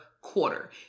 quarter